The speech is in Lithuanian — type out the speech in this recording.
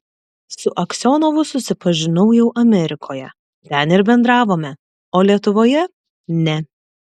su aksionovu susipažinau jau amerikoje ten ir bendravome o lietuvoje ne